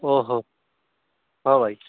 ଓ ହୋ ହଉ ଭାଇ